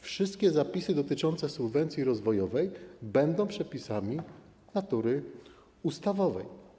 Wszystkie przepisy dotyczące subwencji rozwojowej będą przepisami natury ustawowej.